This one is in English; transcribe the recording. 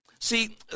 See